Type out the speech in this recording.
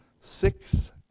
six